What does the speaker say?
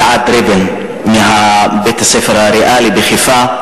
אלעד ריבן מבית-הספר הריאלי בחיפה,